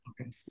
Okay